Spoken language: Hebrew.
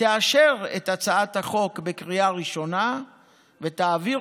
תאשר את הצעת החוק בקריאה ראשונה ותעביר